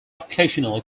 occasionally